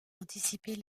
anticiper